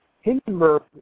Hindenburg